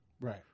Right